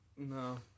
No